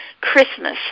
Christmas